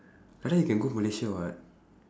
like that you can go malaysia [what]